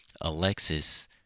alexis